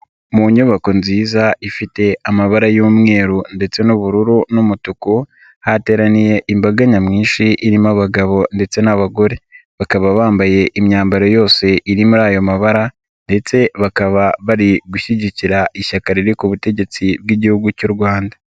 Mu nyubako nziza ifite amabara y'umweru ndetse n'ubururu n'umutuku hateraniye imbaga nyamwinshi irimo abagabo ndetse n'abagore, bakaba bambaye imyambaro yose iri muri ayo mabara ndetse bakaba bari gushyigikira ishyaka riri ku butegetsi bw'Igihugu cy'u Rwanda.